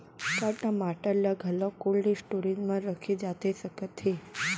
का टमाटर ला घलव कोल्ड स्टोरेज मा रखे जाथे सकत हे?